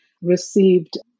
received